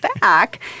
back